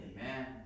Amen